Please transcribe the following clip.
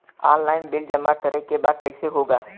Online bill जमा करे के बा कईसे होगा?